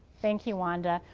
thank you wanda.